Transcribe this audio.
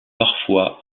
parfois